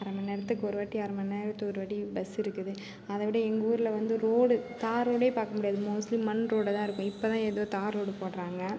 அரை மணிநேரத்துக்கு ஒரு வாட்டி அரை மணிநேரத்துக்கு ஒரு வாட்டி பஸ் இருக்குது அதை விட எங்கள் ஊரில் வந்து ரோடு தார் ரோடே பார்க்க முடியாது மோஸ்ட்லி மண் ரோடுதான் இருக்கும் இப்போதான் ஏதோ தார் ரோடு போடுறாங்க